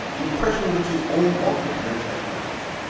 the impression which his own altered appearance had produced.